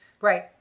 right